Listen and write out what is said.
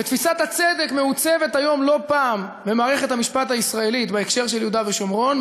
ותפיסת הצדק במערכת המשפט הישראלית בהקשר של יהודה ושומרון,